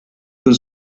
con